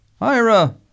Ira